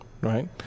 right